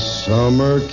summer